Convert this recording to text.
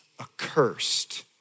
accursed